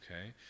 okay